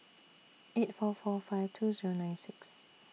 eight four four five two Zero nine six